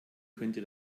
könnte